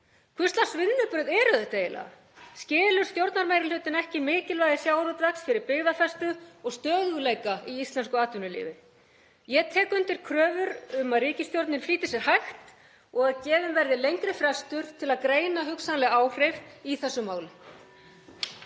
Hvers lags vinnubrögð eru þetta eiginlega? Skilur stjórnarmeirihlutinn ekki mikilvægi sjávarútvegs fyrir byggðafestu og stöðugleika í íslensku atvinnulífi? Ég tek undir kröfur um að ríkisstjórnin flýti sér hægt og að gefinn verði lengri frestur til að greina hugsanleg áhrif í þessu máli.